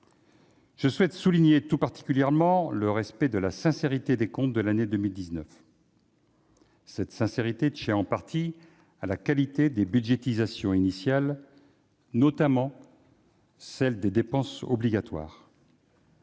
Je souhaite souligner tout particulièrement le respect de la sincérité des comptes de l'année 2019. Cette sincérité tient en partie à la qualité des budgétisations initiales, notamment celles des dépenses obligatoires.